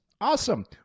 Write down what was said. awesome